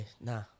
nah